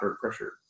pressure